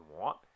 want